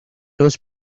los